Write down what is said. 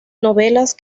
novelas